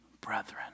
brethren